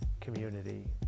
community